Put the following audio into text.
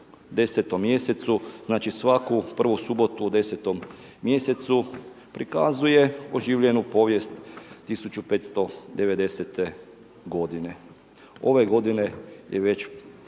u 10. mjesecu, znači svaku prvu subotu u 10. mjesecu prikazuje oživljenu povijest 1590. godine. Ove godine je već